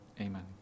amen